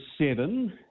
seven